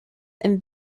and